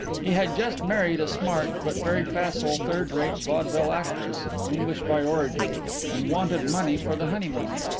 he had just married a smart but very facile third-rate vaudeville actress english by origin and wanted money for the honeymoon.